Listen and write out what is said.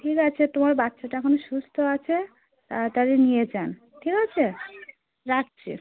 ঠিক আছে তোমার বাচ্চাটা এখন সুস্থ আছে তাড়াতাড়ি নিয়ে যান ঠিক আছে রাখছি